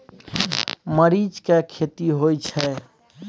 मरीच के खेती होय छय?